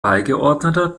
beigeordneter